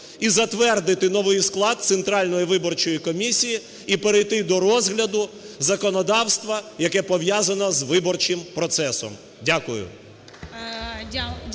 і затвердити новий склад Центральної виборчої комісії, і перейти до розгляду законодавства, яке пов'язано з виборчим процесом. Дякую.